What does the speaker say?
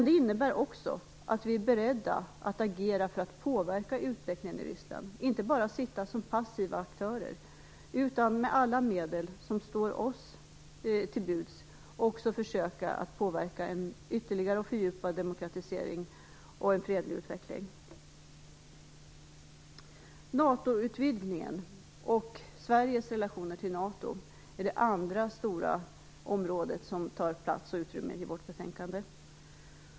Det innebär också att vi är beredda att agera för att påverka utvecklingen i Ryssland - att vi inte bara skall sitta som passiva aktörer, utan att vi skall med alla medel som står oss till buds också försöka påverka och få en ytterligare fördjupad demokratisering och en fredlig utveckling. NATO är det andra stora området som tar utrymme i vårt betänkande.